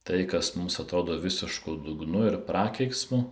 tai kas mums atrodo visišku dugnu ir prakeiksmu